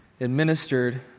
administered